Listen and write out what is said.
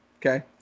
Okay